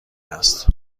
است